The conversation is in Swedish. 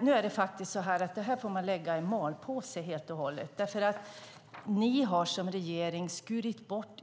Nu får man dock lägga detta i malpåse helt och hållet, eftersom ni som regering har skurit bort